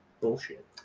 bullshit